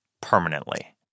permanently